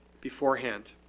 beforehand